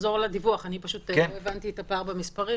נחזור לדיווח, אני פשוט לא הבנתי את הפער במספרים.